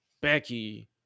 Becky